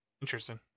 Interesting